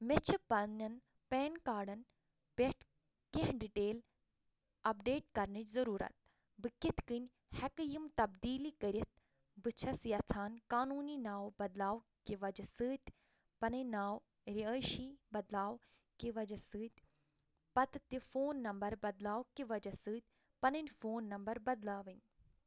مےٚ چھِ پننٮ۪ن پین کارڈن پٮ۪ٹھ کیٚنٛہہ ڈِٹیل اپڈیٹ کرنٕچ ضُروٗرت بہٕ کِتھ کٔنۍ ہٮ۪کہٕ یِم تبدیٖلی کٔرِتھ بہٕ چھَس یَژھان قانونی ناو بدلاو کہِ وجہ سۭتۍ پنٕنۍ ناو رہٲیشی بدلاو کہِ وجہ سۭتۍ پتہٕ تہِ فون نمبر بدلاو کہِ وجہ سۭتۍ پنٕنۍ فون نمبر بدلاوٕنۍ